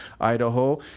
Idaho